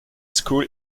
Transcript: school